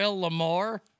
Lamar